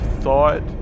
thought